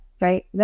Right